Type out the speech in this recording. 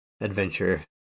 adventure